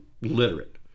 literate